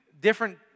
different